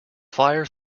fire